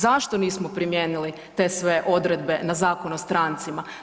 Zašto nismo primijenili te sve odredbe na Zakon o strancima?